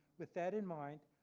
with that in mind,